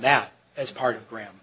that as part of gra